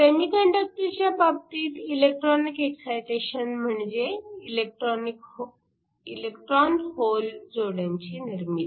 सेमीकंडक्टरच्या बाबतीत electronic excitation म्हणजे electron hole जोड्यांची निर्मिती